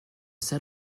set